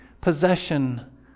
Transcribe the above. possession